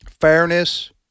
fairness